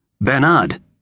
Bernard